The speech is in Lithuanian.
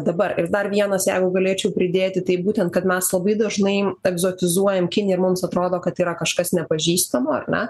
dabar ir dar vienas jeigu galėčiau pridėti tai būtent kad mes labai dažnai egzotizuojam kiniją ir mums atrodo kad yra kažkas nepažįstamo ar ne